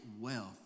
wealth